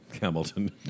Hamilton